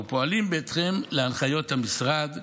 והם פועלים בהתאם להנחיות המשרד,